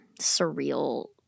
surreal